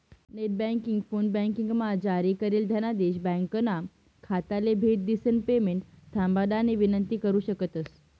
net banking, फोनबँकिंगमा जारी करेल धनादेश ब्यांकना खाताले भेट दिसन पेमेंट थांबाडानी विनंती करु शकतंस